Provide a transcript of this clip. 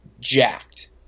jacked